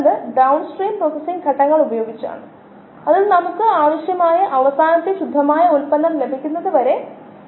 ഇവയുടെ നിരക്കുകൾ വളർച്ചാ നിരക്ക് അല്ലെങ്കിൽ കോശങ്ങളുടെ വർധനവ് ഉൽപ്പന്ന രൂപീകരണ നിരക്ക് എന്നിവയ്ക്കായുള്ള സമവാക്യങ്ങൾ എഴുതാൻ നമ്മൾ നോക്കുന്നു